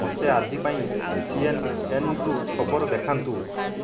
ମୋତେ ଆଜି ପାଇଁ ସିଏନ୍ଏନ୍ରୁ ଖବର ଦେଖାନ୍ତୁ